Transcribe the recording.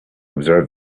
observe